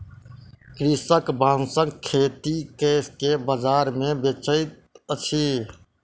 कृषक बांसक खेती कय के बाजार मे बेचैत अछि